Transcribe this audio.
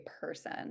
person